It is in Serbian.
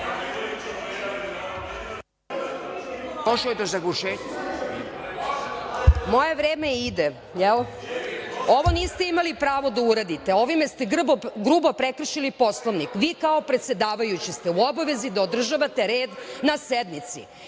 Moje vreme ide, jel? Ovo niste imali pravo da uradite, ovime ste grubo prekršili Poslovnik. Vi kao predsedavajući ste u obavezi da održavate red na sednici,